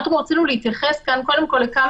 אנחנו רצינו להתייחס כאן קודם כל לכמה